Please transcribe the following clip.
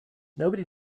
nobody